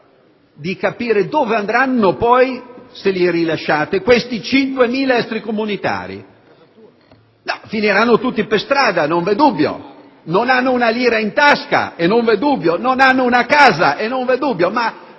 di capire dove andranno, se li rilasciate, questi 5.000 extracomunitari? Finiranno tutti per strada, non v'è dubbio. Non hanno una lira in tasca, non v'è dubbio. Non hanno una casa, non v'è dubbio.